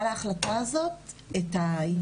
עמוק אז נוכל להביא נתונים לפחות ברמת הטיב